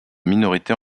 minorités